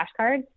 flashcards